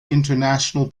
international